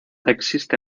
existe